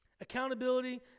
Accountability